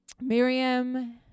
Miriam